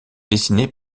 dessinée